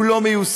הוא לא מיושם.